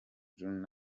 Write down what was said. hejuru